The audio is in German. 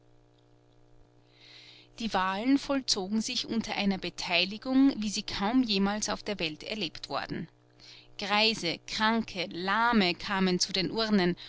die wahlen vollzogen sich unter einer beteiligung wie sie kaum jemals auf der welt erlebt worden greise kranke lahme kamen zu den urnen